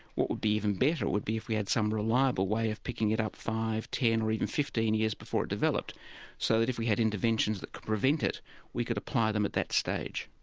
what would be even better would be if we had some reliable way of picking it up five, ten or even fifteen years before it developed so that if we had interventions that could prevent it we could apply them at that stage.